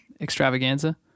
extravaganza